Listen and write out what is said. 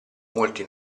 molti